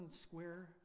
square